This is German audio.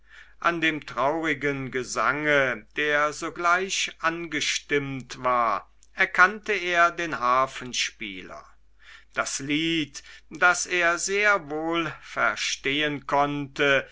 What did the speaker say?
an dem traurigen gesange der sogleich angestimmt ward erkannte er den harfenspieler das lied das er sehr wohl verstehen konnte